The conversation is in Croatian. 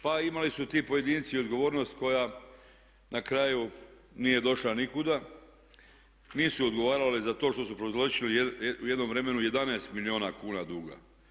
Pa imali su ti pojedinci odgovornost koja na kraju nije došla nikuda, nisu odgovarali za to što su prouzročili u jednom vremenu 11 milijuna kuna duga.